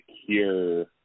secure